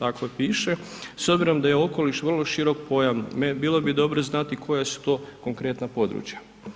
Dakle piše s obzirom da je okoliš vrlo širok pojam, bilo bi dobro znati koja su to konkretna područja.